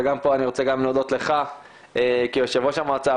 ופה אני רוצה להודות לך כיושב ראש המועצה,